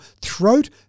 throat